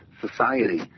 society